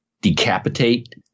decapitate